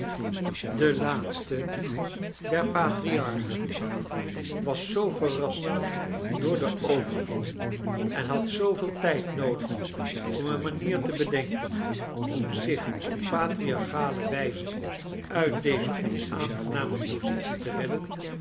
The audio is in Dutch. de laatste der patriarchen was zoo verrast door den overval en had zooveel tijd noodig om een manier te bedenken om zich op patriarchale wijze uit deze onaangename positie te redden